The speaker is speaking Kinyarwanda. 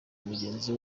mugenzi